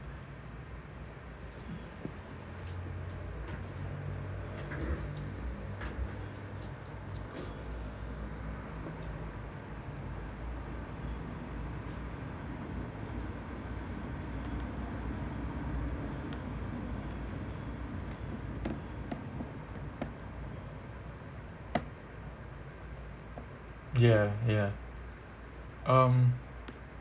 ya ya um